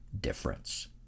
difference